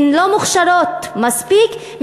הן לא מוכשרות מספיק,